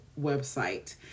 website